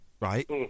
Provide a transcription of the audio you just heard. right